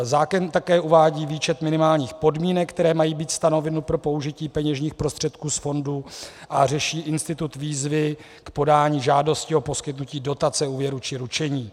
Zákon také uvádí výčet minimálních podmínek, které mají být stanoveny pro použití peněžních prostředků z fondu, a řeší institut výzvy k podání žádosti o poskytnutí dotace, úvěru či ručení.